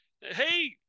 Hey